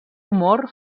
humor